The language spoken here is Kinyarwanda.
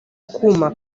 kuma